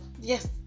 yes